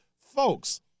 folks